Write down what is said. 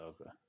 Okay